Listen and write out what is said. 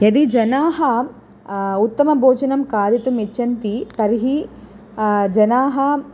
यदि जनाः उत्तमं भोजनं खादितुं इच्छन्ति तर्हि जनाः